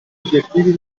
obiettivi